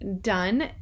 done